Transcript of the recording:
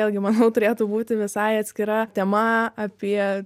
vėlgi manau turėtų būti visai atskira tema apie